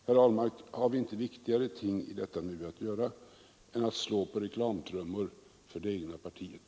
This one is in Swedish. Herr Ahlmark, har vi inte viktigare ting i denna debatt att fullgöra än att slå på reklamtrummor för det egna partiet?